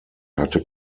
hatte